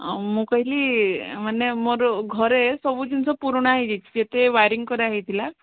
ଆଉ ମୁଁ କହିଲି ମାନେ ମୋର ଘରେ ସବୁ ଜିନିଷ ପୁରୁଣା ହୋଇଯାଇଛି ଯେତେ ୱାୟାରିଂ କରାହୋଇଥିଲା